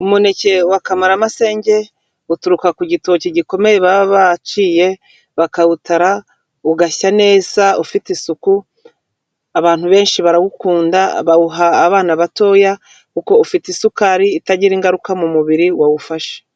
Umuneke wa kamaramasenge, uturuka ku gitoki gikomeye baba baciye, bakawutara, ugashya neza ufite isuku, abantu benshi barawukunda bawuha abana batoya, kuko ufite isukari itagira ingaruka mu mubiri wawufashe.